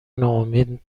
ناامید